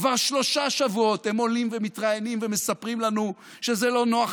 כבר שלושה שבועות הם עולים ומתראיינים ומספרים לנו שזה לא נוח